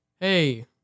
hey